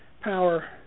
power